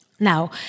Now